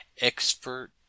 Expert